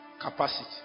Capacity